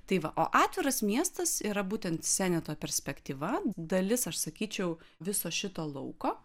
tai va o atviras miestas yra būtent seneto perspektyva dalis aš sakyčiau viso šito lauko